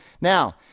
now